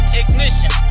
ignition